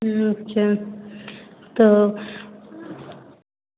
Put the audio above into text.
अच्छा तो